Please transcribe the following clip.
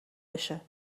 باشه